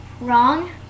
wrong